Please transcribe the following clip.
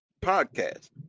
podcast